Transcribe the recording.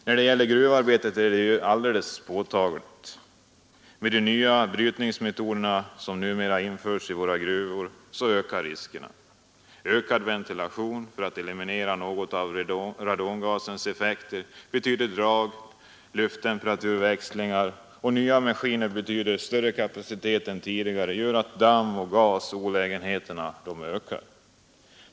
När det gäller gruvarbetet är detta alldeles påtagligt. Med de nya brytningsmetoder som numera införts i våra gruvor ökar riskerna. Ökad ventilation för att eliminera något av radongasens effekter betyder drag och lufttemperaturväxlingar, och nya maskiner med betydligt större kapacitet än de tidigare gör att olägenheterna, såsom damm och gas, ökar.